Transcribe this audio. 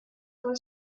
con